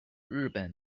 日本